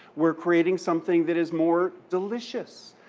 we're creating something that is more delicious.